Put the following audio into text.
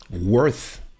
worth